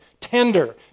tender